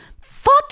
fuck